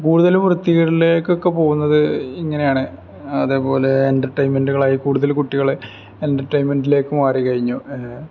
കൂടുതല് വൃത്തികേടിലേക്കൊക്കെ പോകുന്നത് ഇങ്ങനെയാണ് അതേപോലെ എൻറ്റെർട്ടെയ്മെൻറ്റുകളായി കൂടുതൽ കുട്ടികള് എൻറ്റെർട്ടെയ്മെൻറ്റിലേക്ക് മാറി കഴിഞ്ഞു